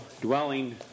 dwelling